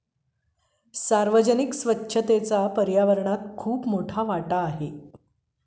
सार्वजनिक बँकेचा पर्यावरणात खूप मोठा वाटा आहे